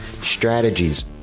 strategies